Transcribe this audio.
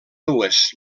dues